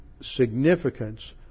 significance